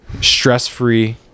stress-free